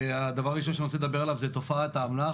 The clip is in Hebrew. הדבר הראשון שאני רוצה לדבר עליו הוא תופעת האמל"ח,